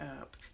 up